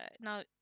now